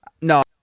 No